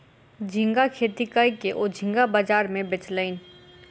झींगा खेती कय के ओ झींगा बाजार में बेचलैन